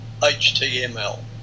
HTML